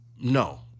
no